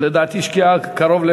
שלדעתי השקיעה קרוב,